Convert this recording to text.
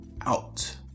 out